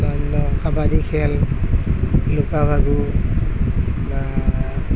বা অন্য় কাবাডী খেল লুকা ভাকু বা